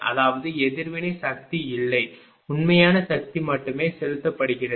அதாவது எதிர்வினை சக்தி இல்லை உண்மையான சக்தி மட்டுமே செலுத்தப்படுகிறது